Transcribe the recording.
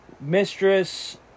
mistress